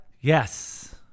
Yes